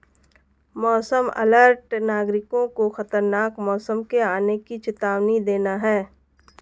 मौसम अलर्ट नागरिकों को खतरनाक मौसम के आने की चेतावनी देना है